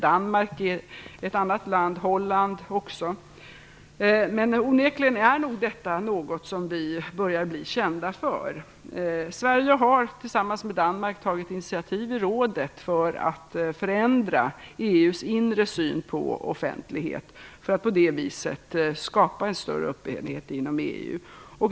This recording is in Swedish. Danmark och Holland är också för det. Men onekligen är detta något som vi börjar bli kända för. Sverige har tillsammans med Danmark tagit initiativ i rådet för att förändra EU:s inre syn på offentlighet för att på det viset skapa en större öppenhet inom EU.